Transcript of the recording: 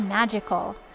Magical